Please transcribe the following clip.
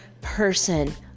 person